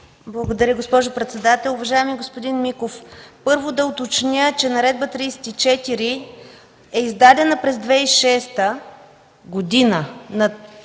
Благодаря, госпожо председател. Уважаеми господин Миков, първо, да уточня, че Наредба № 34 е издадена през 2006 г. на